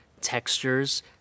textures